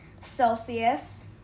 Celsius